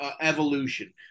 evolution